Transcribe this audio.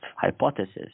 hypothesis